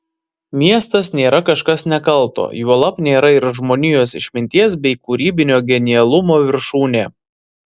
miestas nėra kažkas nekalto juolab nėra ir žmonijos išminties bei kūrybinio genialumo viršūnė